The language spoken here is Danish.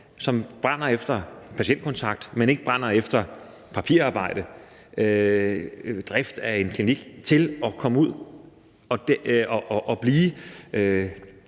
som brænder efter patientkontakt, men som ikke brænder efter papirarbejde og drift af en klinik, til at komme ud og blive